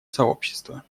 сообщества